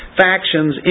factions